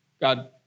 God